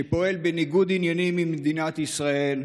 שפועל בניגוד עניינים עם מדינת ישראל,